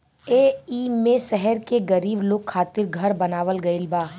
एईमे शहर के गरीब लोग खातिर घर बनावल गइल बा